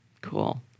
Cool